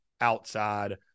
outside